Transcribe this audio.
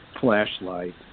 flashlight